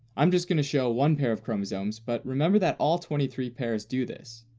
i'm just going to show one pair of chromosomes, but remember that all twenty three pairs do this.